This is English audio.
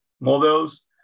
models